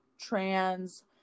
trans